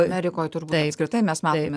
amerikoj turbūt apskritai mes matome